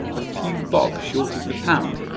a few bob short of the pound,